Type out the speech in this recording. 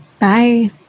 Bye